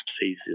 phases